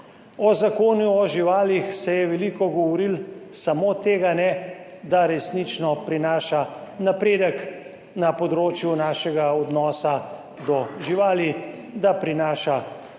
O Zakonu o živalih se je veliko govorilo, samo tega ne, da resnično prinaša napredek na področju našega odnosa do živali, da prinaša